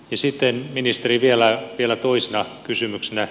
esitteen ministeri vielä vielä toistaa kysymyksenä